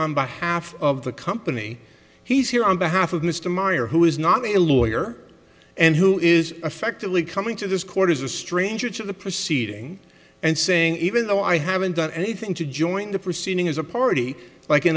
on behalf of the company he's here on behalf of mr meyer who is not a lawyer and who is effectively coming to this court is a stranger to the proceeding and saying even though i haven't done anything to join the proceeding as a party like in